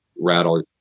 rattle